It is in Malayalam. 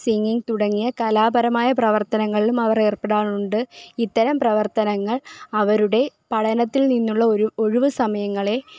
സിംഗിങ്ങ് തുടങ്ങിയ കലാപരമായ പ്രവർത്തനങ്ങൾലും അവർ ഏർപ്പെടാറുണ്ട് ഇത്തരം പ്രവർത്തനങ്ങൾ അവരുടെ പഠനത്തിൽ നിന്നുള്ള ഒഴി ഒഴിവ് സമയങ്ങളെ